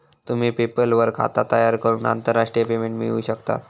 तुम्ही पेपल वर खाता तयार करून आंतरराष्ट्रीय पेमेंट मिळवू शकतास